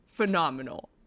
phenomenal